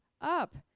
up